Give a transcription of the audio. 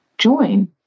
Join